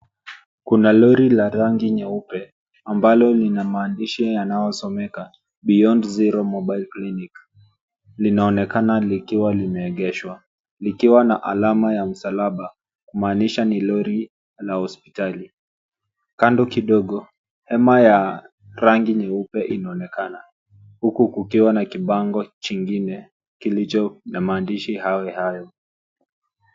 Kuna lori la rangi nyeupe ambayo yana maandishi yanayosomeka [cs[Beyond Zero Mobile Clinic . Linaonekana likiwa limeegeshwa likiwa na alama ya msalaba kumanisha ni lori la hospitali. Kando kidogo, hema ya rangi nyeupe inaonekana. Huku kukiwa na kibango chengine kilicho na mandishi hayo hayo.